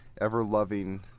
ever-loving